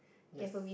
yes